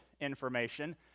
information